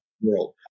world